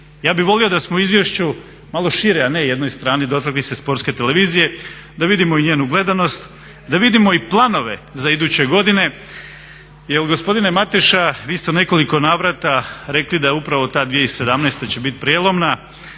Ja bih volio da smo u izvješću malo šire, a ne jednoj strani dotakli se sportske televizije da vidimo i njenu gledanost, da vidimo i planove za iduće godine. Jer gospodine Mateša, vi ste u nekoliko navrata rekli da je upravo ta 2017. će biti prijelomna.